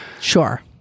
Sure